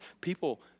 people